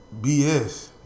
BS